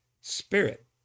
spirit